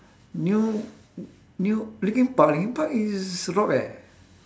new new linkin park linkin park is rock eh